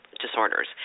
Disorders